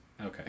Okay